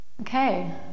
okay